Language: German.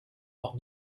noch